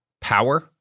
power